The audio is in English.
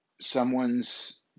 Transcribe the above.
someone's